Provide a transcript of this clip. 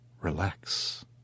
relax